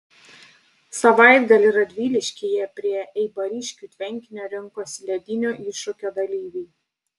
savaitgalį radviliškyje prie eibariškių tvenkinio rinkosi ledinio iššūkio dalyviai